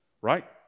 right